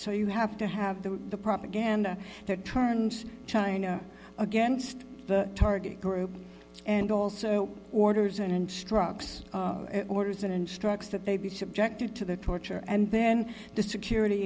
so you have to have the propaganda that turns china against the target group and also orders and instructions orders and instructs that they be subjected to the torture and then the security